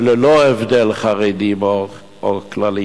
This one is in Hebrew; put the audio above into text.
וללא הבדל בין חרדים לכלליים,